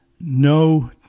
No